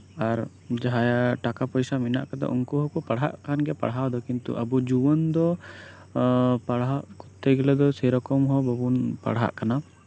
ᱟᱨ ᱡᱟᱦᱟᱸᱭᱟᱜ ᱴᱟᱠᱟ ᱯᱚᱭᱥᱟ ᱢᱮᱱᱟᱜ ᱟᱠᱟᱫᱟ ᱩᱱᱠᱩ ᱦᱚᱠᱚ ᱯᱟᱲᱦᱟᱜ ᱠᱟᱱ ᱜᱮᱭᱟ ᱯᱟᱲᱦᱟᱣ ᱫᱚ ᱠᱤᱱᱛᱩ ᱟᱵᱚ ᱡᱩᱣᱟᱹᱱ ᱫᱚ ᱯᱟᱲᱦᱟᱜ ᱠᱚᱨᱛᱮ ᱜᱮᱞᱮᱫᱚ ᱥᱮᱨᱚᱠᱚᱢ ᱦᱚᱸ ᱵᱟᱵᱩᱱ ᱯᱟᱲᱦᱟᱜ ᱠᱟᱱᱟ